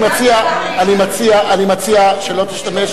אני מציע שלא תשתמש,